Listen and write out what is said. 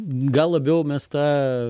gal labiau mes tą